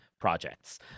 projects